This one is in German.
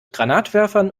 granatwerfern